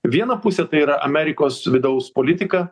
viena pusė tai yra amerikos vidaus politika